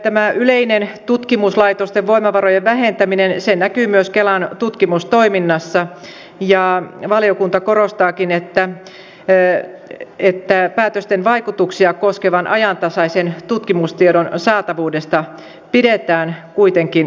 tämä yleinen tutkimuslaitosten voimavarojen vähentäminen näkyy myös kelan tutkimustoiminnassa ja valiokunta korostaakin että päätösten vaikutuksia koskevan ajantasaisen tutkimustiedon saatavuudesta pidetään kuitenkin huolta